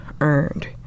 earned